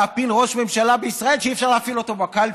להפיל ראש ממשלה בישראל שאי-אפשר להפיל אותו בקלפי.